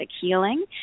Healing